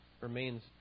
remains